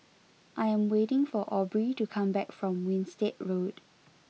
I am waiting for Aubrey to come back from Winstedt Road